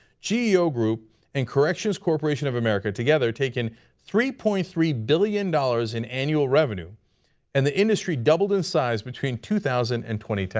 geo group and corrections corporation of america, together take in three point three billion dollars in annual revenue and the industry doubled in size between two thousand and two